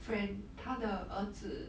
friend 他的儿子